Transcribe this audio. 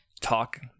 talk